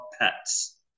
pets